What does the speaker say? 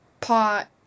pot